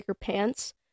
pants